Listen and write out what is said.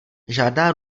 žádná